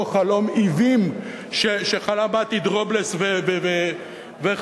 חלום עוועים שחלמו מתי דרובלס וחבורתו,